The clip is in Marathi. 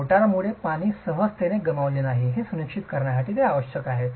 मोर्टारमुळे पाणी सहजतेने गमावले नाही हे सुनिश्चित करण्यासाठी हे आवश्यक आहे